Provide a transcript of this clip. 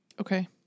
Okay